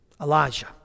Elijah